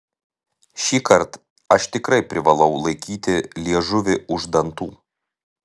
šįkart aš tikrai privalau laikyti liežuvį už dantų